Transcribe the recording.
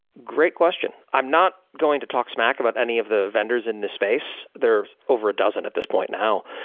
great question. i'm not going to talk smack about any of the vendors in this space. there are over a dozen at this point now.